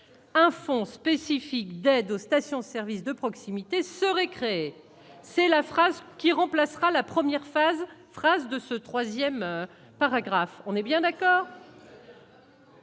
un fonds spécifique d'aide aux stations service de proximité seraient c'est la phrase qui remplacera la première phase trace de ce 3ème paragraphe, on est bien d'accord.